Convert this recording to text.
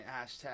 Hashtag